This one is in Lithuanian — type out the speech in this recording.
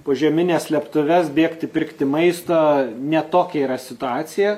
požemines slėptuves bėgti pirkti maisto ne tokia yra situacija